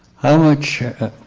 how much